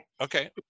Okay